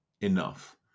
enough